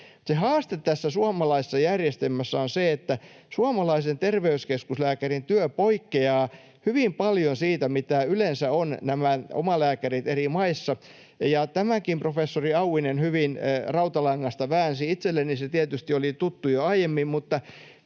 tässä suomalaisessa järjestelmässä on se, että suomalaisen terveyskeskuslääkärin työ poikkeaa hyvin paljon siitä, mitä yleensä on näillä omalääkäreillä eri maissa. Ja tämänkin professori Auvinen hyvin rautalangasta väänsi — itselleni se tietysti oli tuttu jo aiemmin.